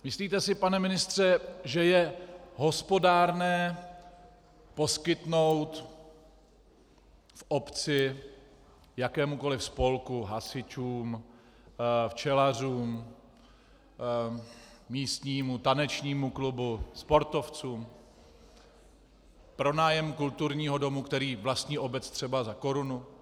Myslíte si, pane ministře, že je hospodárné poskytnout v obci jakémukoliv spolku hasičům, včelařům, místnímu tanečnímu klubu, sportovcům pronájem kulturního domu, který vlastní obec, třeba za korunu?